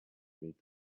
read